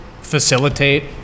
facilitate